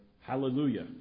hallelujah